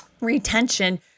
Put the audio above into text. retention